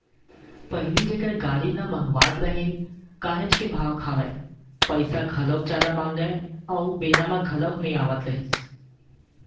पहिली जेखर गाड़ी ल मगावत रहेन काहेच के भाव खावय, पइसा घलोक जादा मांगय अउ बेरा म घलोक नइ आवत रहिस